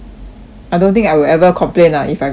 I don't think I will ever complain ah if I got free things